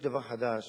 יש דבר חדש,